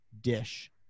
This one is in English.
dish